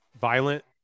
violent